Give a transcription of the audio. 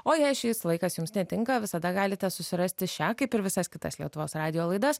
o jei šis laikas jums netinka visada galite susirasti šią kaip ir visas kitas lietuvos radijo laidas